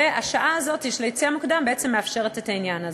והשעה הזאת של היציאה מוקדם בעצם מאפשרת את העניין הזה.